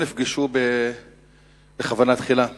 לא נפגשו בכוונה תחילה.